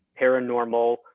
paranormal